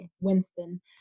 Winston